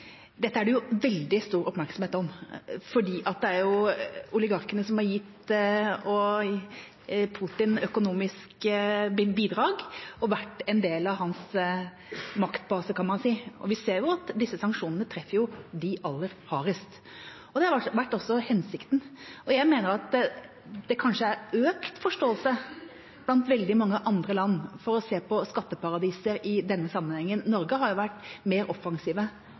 Dette er det veldig stor oppmerksomhet om, fordi det er oligarkene som har gitt Putin økonomiske bidrag og vært en del av hans maktbase, kan man si. Vi ser at disse sanksjonene treffer dem aller hardest, og det har også vært hensikten. Jeg mener at det kanskje er økt forståelse blant veldig mange andre land for å se på skatteparadiser i denne sammenhengen. Norge har vært mer offensive